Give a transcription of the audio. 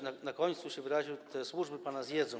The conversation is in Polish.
Na końcu się wyraził: te służby pana zjedzą.